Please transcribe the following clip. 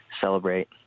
celebrate